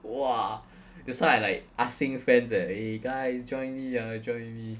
!wah! that's why I like asking friends eh eh guys join me ah join me